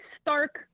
stark